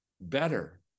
better